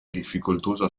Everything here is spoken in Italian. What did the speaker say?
difficoltosa